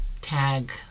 tag